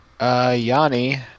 Yanni